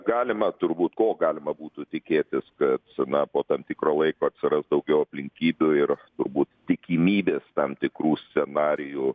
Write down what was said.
galima turbūt ko galima būtų tikėtis kad na po tam tikro laiko atsiras daugiau aplinkybių ir turbūt tikimybės tam tikrų scenarijų